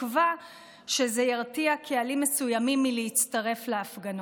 בתקווה שזה ירתיע קהלים מסוימים מלהצטרף להפגנות.